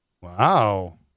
Wow